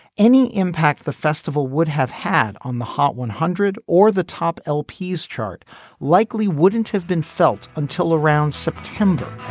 any impact the festival would have had on the hot one hundred or the top lpc chart likely wouldn't have been felt until around september